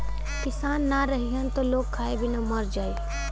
किसान ना रहीहन त लोग खाए बिना मर जाई